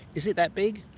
is it that big?